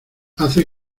hace